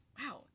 Wow